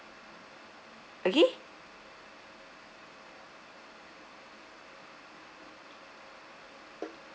okay